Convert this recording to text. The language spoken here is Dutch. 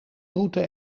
route